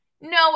no